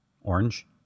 orange